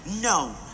No